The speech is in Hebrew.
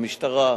המשטרה,